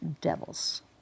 devils